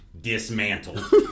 dismantled